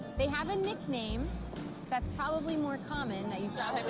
they have a nickname that's probably more common, that you.